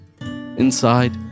Inside